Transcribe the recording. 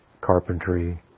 carpentry